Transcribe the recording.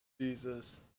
Jesus